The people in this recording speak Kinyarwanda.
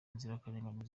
inzirakarengane